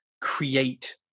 create